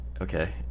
Okay